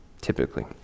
typically